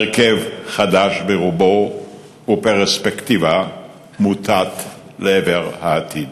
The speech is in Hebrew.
הרכב חדש ברובו ופרספקטיבה המוטה לעבר העתיד.